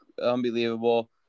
unbelievable